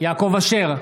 יעקב אשר,